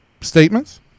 statements